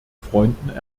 freunden